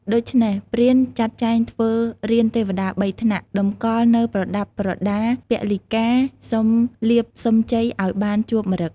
ដូច្នេះ ព្រានចាត់ចែងធ្វើរានទេវតា ៣ថ្នាក់ តម្កល់នូវប្រដាប់ប្រដាពលីការ សុំលាភសុំជ័យឱ្យបានជួបម្រឹគ។